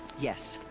yes.